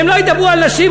הם לא ידברו על נשים,